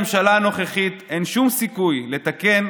עם הממשלה הנוכחית אין שום סיכוי לתקן,